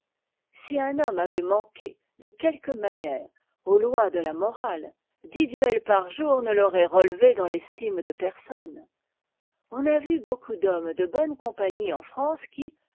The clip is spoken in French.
si un homme avait manqué de quelque manière aux lois de la morale dix duels par jour ne l'auraient relevé dans l'estime de personne on a vu beaucoup d'hommes de bonne compagnie en france qui